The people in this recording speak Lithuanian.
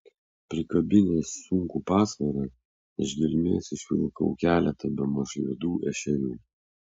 prikabinęs sunkų pasvarą iš gelmės išvilkau keletą bemaž juodų ešerių